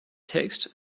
text